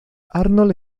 arnold